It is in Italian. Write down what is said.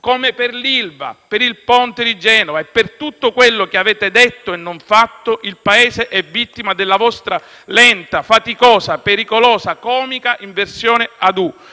Come per l'ILVA, per il ponte di Genova e per tutto quello che avete detto e non fatto, il Paese è vittima della vostra lenta, faticosa, pericolosa, comica inversione ad